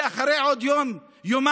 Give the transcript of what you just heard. ואחרי עוד יום-יומיים,